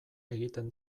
egiten